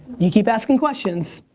you keep asking questions.